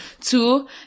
Two